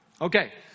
Okay